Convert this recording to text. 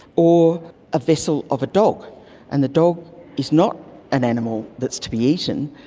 or a vessel of a dog and the dog is not an animal that is to be eaten,